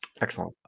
Excellent